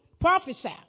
prophesy